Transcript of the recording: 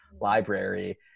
library